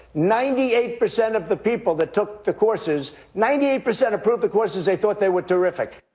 ninety-eight percent of the people that took the courses, ninety-eight percent approved the courses, they thought they were terrific.